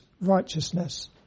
righteousness